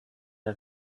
der